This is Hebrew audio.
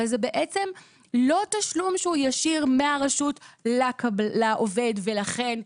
זה בעצם לא תשלום שהוא ישיר מהרשות לעובד ולכן,